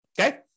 okay